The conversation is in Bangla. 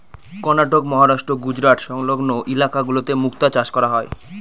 কর্ণাটক, মহারাষ্ট্র, গুজরাট সংলগ্ন ইলাকা গুলোতে মুক্তা চাষ করা হয়